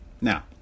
Now